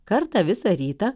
kartą visą rytą